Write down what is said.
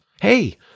Hey